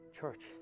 Church